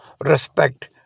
respect